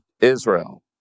Israel